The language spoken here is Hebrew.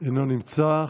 אינו נמצא.